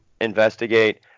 investigate